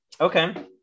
okay